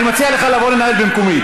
אני מציע לך לבוא לנהל במקומי.